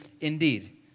indeed